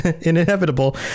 inevitable